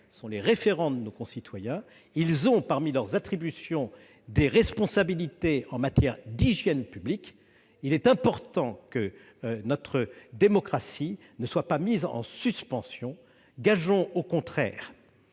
sont les référents de nos concitoyens. Ils ont, parmi leurs attributions, des responsabilités en matière d'hygiène publique. Il est important que notre démocratie ne soit pas mise en suspens. Gageons au contraire